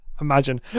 Imagine